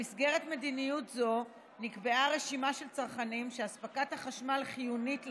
במסגרת מדיניות זו נקבעה רשימה של צרכנים שאספקת החשמל חיונית להם,